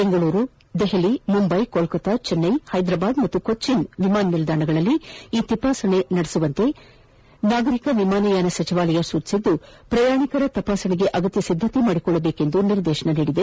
ಬೆಂಗಳೂರು ದೆಹಲಿ ಮುಂಬೈ ಕೋಲ್ಕತ್ತಾ ಚೆನ್ನೈ ಹೈದ್ರಾಬಾದ್ ಮತ್ತು ಕೊಚ್ಚಿನ್ ವಿಮಾನ ನಿಲ್ದಾಣಗಳಲ್ಲಿ ಈ ತಪಾಸಣೆ ಕೈಗೊಳ್ಳುವಂತೆ ನಾಗರಿಕ ವಿಮಾನಯಾನ ಸಚಿವಾಲಯ ಸೂಚಿಸಿದ್ದು ಪ್ರಯಾಣಿಕರ ತಪಾಸಣೆಗೆ ಅಗತ್ಯ ಸಿದ್ದತೆ ಮಾಡಿಕೊಳ್ಳುವಂತೆ ನಿರ್ದೇಶಿಸಿದೆ